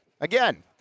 Again